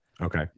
Okay